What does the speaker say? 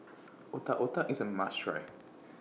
Otak Otak IS A must Try